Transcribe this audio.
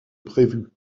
prévue